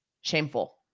shameful